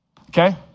Okay